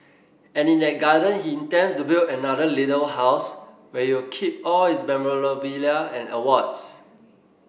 and in that garden he intends to build another little house where he'll keep all his memorabilia and awards